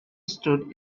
stood